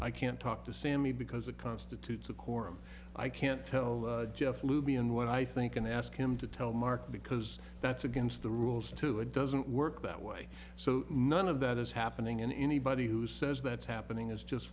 i can't talk to sammy because it constitutes a quorum i can't tell geoff luby and what i think and ask him to tell mark because that's against the rules to it doesn't work that way so none of that is happening and anybody who says that's happening is just